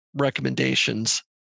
recommendations